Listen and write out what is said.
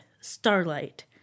Starlight